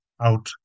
out